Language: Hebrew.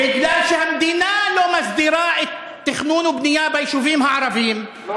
משום שהמדינה לא מסדירה תכנון ובנייה ביישובים הערביים,